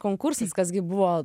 konkursas kas gi buvo